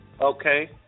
Okay